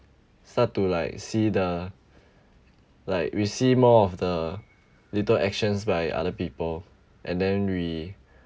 start to like see the like we see more of the little actions by other people and then we